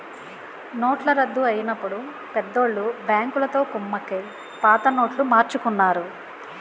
నోట్ల రద్దు అయినప్పుడు పెద్దోళ్ళు బ్యాంకులతో కుమ్మక్కై పాత నోట్లు మార్చుకున్నారు